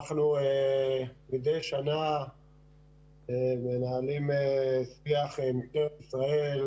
מדי שנה אנחנו מנהלים שיח עם משטרת ישראל,